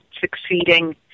succeeding